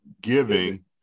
giving